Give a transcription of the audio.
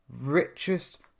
richest